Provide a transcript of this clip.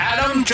Adam